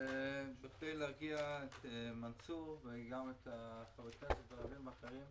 בכדי להרגיע את מנסור עבאס וגם את חברי הכנסת הערבים האחרים,